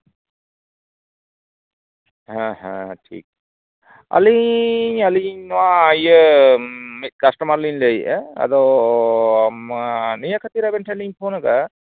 ᱦᱮᱸ ᱦᱮᱸ ᱴᱷᱤᱠ ᱟᱹᱞᱤᱧ ᱟᱹᱞᱤᱧ ᱱᱚᱣᱟ ᱤᱭᱟᱹ ᱢᱤᱫ ᱠᱟᱥᱴᱚᱢᱟᱨ ᱞᱤᱧ ᱞᱟᱹᱭᱮᱫᱼᱟ ᱟᱫᱚ ᱱᱤᱭᱟᱹ ᱠᱷᱟᱹᱛᱤᱨ ᱟᱵᱮᱱ ᱴᱷᱮᱱ ᱞᱤᱧ ᱯᱷᱳᱱ ᱟᱠᱟᱫᱟ